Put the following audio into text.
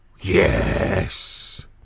Yes